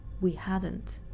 we hadn't.